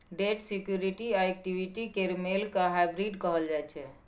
date security आ equity केर मेल केँ हाइब्रिड कहल जाइ छै